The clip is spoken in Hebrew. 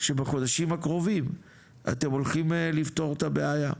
שבחודשים הקרובים אתם הולכים לפתור את הבעיה.